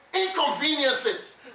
inconveniences